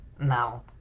now